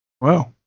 Wow